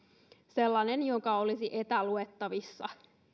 sellainen joka olisi etäluettavissa